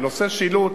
בנושא שילוט,